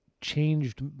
changed